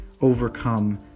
overcome